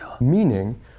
meaning